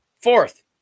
fourth